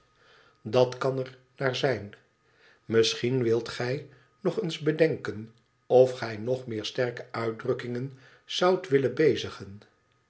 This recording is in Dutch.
dat kan er naar zijn misschien wilt gij nog eens bedenken of gij nog meer sterke uitdrukkingen zoudt willen bezigen